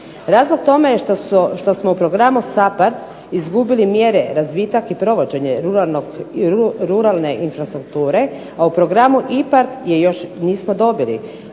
Razlog tome je što smo u programu SAPHARD izgubili mjere razvitak i provođenje ruralne infrastrukture, a u programu IPARD je još nismo dobili